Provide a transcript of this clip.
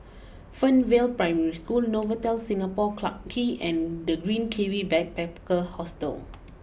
Fernvale Primary School Novotel Singapore Clarke Quay and the Green Kiwi Backpacker Hostel